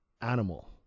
animal